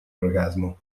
orgasmo